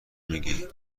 میگی